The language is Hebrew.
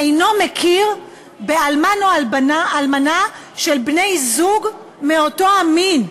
אינו מכיר באלמן או אלמנה של בני-זוג מאותו המין.